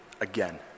Again